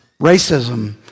racism